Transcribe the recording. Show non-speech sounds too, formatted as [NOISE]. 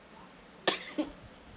[COUGHS]